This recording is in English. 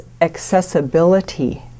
accessibility